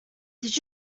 did